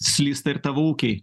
slysta ir tavo ūkiai